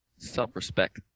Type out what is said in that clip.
Self-respect